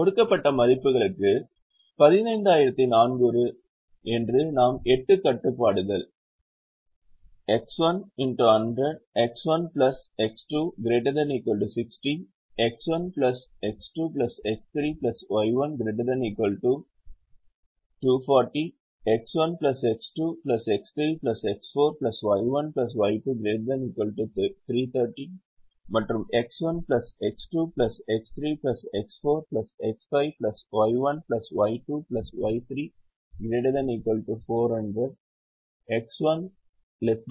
கொடுக்கப்பட்ட மதிப்புகளுக்கு 15400 மற்றும் நாம் எட்டு கட்டுப்பாடுகள் X1 X 100 X1 X2 ≥ 160 X1 X2 X3 Y1 ≥ 240 X1 X2 X3 X4 Y1 Y2 ≥ 330 மற்றும் X1 X2 X3 X4 X5 Y1 Y2 Y3 ≥ 400